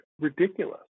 ridiculous